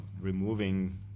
removing